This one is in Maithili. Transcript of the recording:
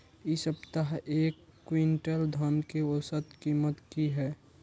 इ सप्ताह एक क्विंटल धान के औसत कीमत की हय?